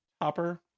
topper